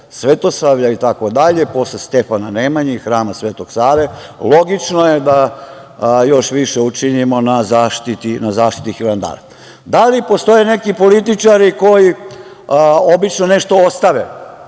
Svetosavlja itd, posle Stefana Nemanje i hrama Svetog Save, logično je da još više učinimo na zaštiti Hilandara. Da li postoje neki političari koji obično nešto ostave?